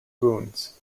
wounds